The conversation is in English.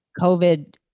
COVID